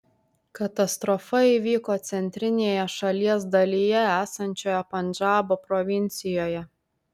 katastrofa įvyko centrinėje šalies dalyje esančioje pandžabo provincijoje